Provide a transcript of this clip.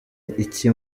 iki